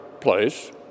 place